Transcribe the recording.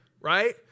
right